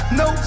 no